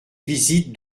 visites